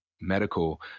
medical